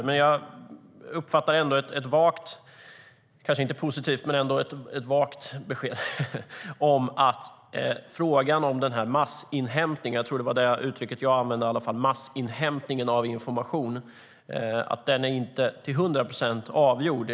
Men jag uppfattar ändå ett vagt besked - kanske inte positivt men ändå - om att frågan om massinhämtning, som jag tror var det uttryck som jag använde, av information inte till hundra procent är avgjord.